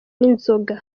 n’inzoga